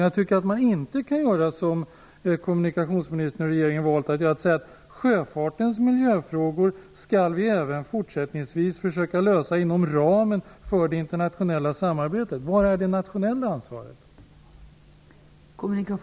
Jag tycker att man inte kan göra som kommunikationsministern valt att göra och säga: "Sjöfartens miljöfrågor skall vi även fortsättningsvis försöka lösa inom ramen för det internationella samarbetet." Var är det nationella ansvaret?